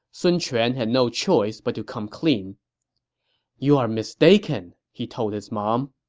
sun quan had no choice but to come clean you're mistaken, he told his mom.